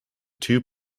two